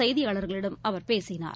செய்தியாளர்களிடம் அவர் பேசினார்